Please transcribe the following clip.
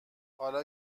حالا